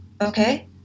okay